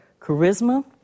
charisma